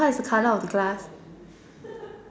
what is the colour of the glass